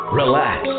relax